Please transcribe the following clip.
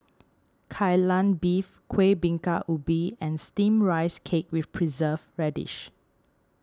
Kai Lan Beef Kueh Bingka Ubi and Steamed Rice Cake with Preserved Radish